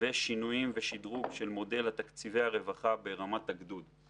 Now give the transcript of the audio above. ושינויים ושדרוג של מודל תקציבי הרווחה ברמת הגדוד.